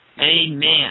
Amen